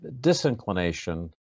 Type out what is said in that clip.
disinclination